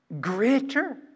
greater